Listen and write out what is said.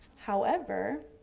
however,